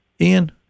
Ian